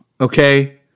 okay